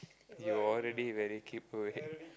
you're already very kaypoh already